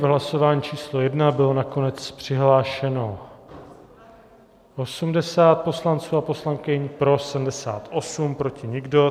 V hlasování číslo 1 bylo nakonec přihlášeno 80 poslanců a poslankyň, pro 78, proti nikdo.